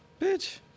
Bitch